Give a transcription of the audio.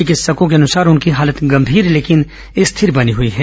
चिकित्सकों के अनुसार उनकी हालत गंभीर लेकिन स्थिर बनी हई है